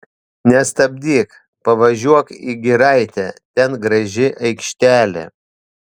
nestabdyk pavažiuok į giraitę ten graži aikštelė